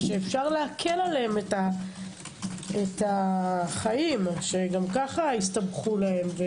אפשר להקל עליהם את החיים שגם ככה הסתבכו להם.